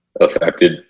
affected